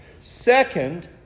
Second